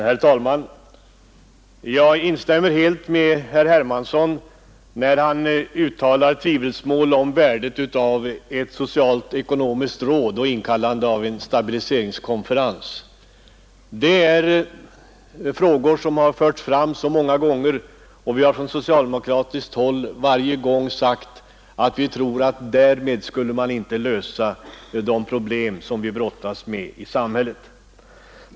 Herr talman! Jag instämmer helt med herr Hermansson när han drar i tvivelsmål värdet av ett ekonomisk-socialt råd och sammankallande av en stabiliseringspolitisk konferens. Det är frågor som har förts fram många gånger, och vi har från socialdemokratiskt håll varje gång sagt att vi inte tror att vi därmed kan lösa de problem som vi brottas med i samhället.